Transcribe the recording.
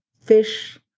fish